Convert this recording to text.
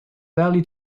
value